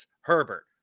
Herbert